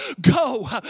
go